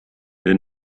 der